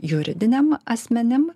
juridiniem asmenim